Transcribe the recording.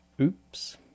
oops